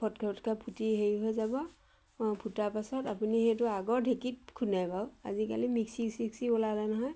ফট ফটকে ফুটি হেৰি হৈ যাব অঁ ফুটা পাছত আপুনি সেইটো আগৰ ঢেঁকীত খুন্দে বাৰু আজিকালি মিক্সি চিক্সি ওলালে নহয়